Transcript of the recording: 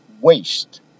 waste